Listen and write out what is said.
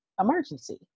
emergency